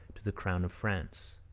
to the crown of france.